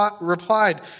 replied